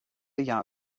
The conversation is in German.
jahr